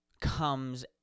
comes